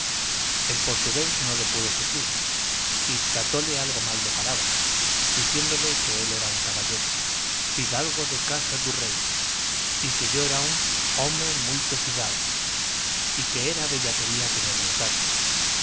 el portugués no lo pudo sufrir y tratóle algo mal de palabra diciendo que él era un caballero fidalgo de casa du rey y que yo era un home muito fidalgo y que era bellaquería tenerme atado